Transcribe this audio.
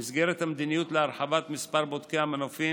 במסגרת המדיניות להרחבת מספר בודקי המנופים